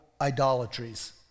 idolatries